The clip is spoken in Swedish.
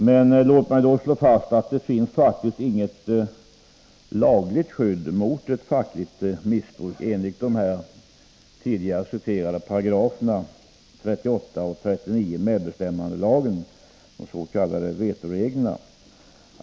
Men låt mig då slå fast att det faktiskt inte finns något lagligt skydd mot ett fackligt missbruk enligt de tidigare citerade paragraferna — 38 och 39 §§ medbestämmandelagen, de s.k. vetoreglerna.